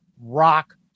rock